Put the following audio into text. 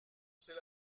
c’est